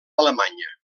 alemanya